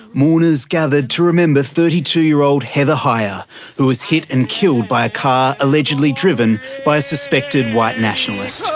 mourners gathered to remember thirty two year old heather heyer who was hit and killed by a car, allegedly driven by a suspected white nationalist.